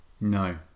No